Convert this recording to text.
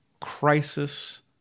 crisis